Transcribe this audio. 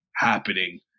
happening